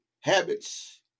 habits